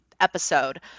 episode